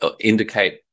indicate